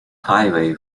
highway